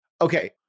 Okay